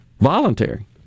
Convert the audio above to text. voluntary